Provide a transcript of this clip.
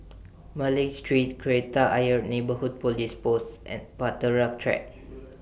Malay Street Kreta Ayer Neighbourhood Police Post and Bahtera Track